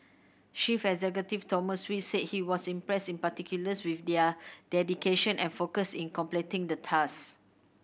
chief executive Thomas Wee said he was impressed in particular with their dedication and focus in completing the tasks